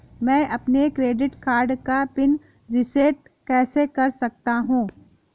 मैं अपने credit card का पिन रिसेट कैसे कर सकता हूँ?